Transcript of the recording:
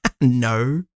no